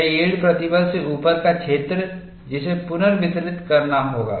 यह यील्ड प्रतिबल से ऊपर का क्षेत्र है जिसे पुनर्वितरित करना होगा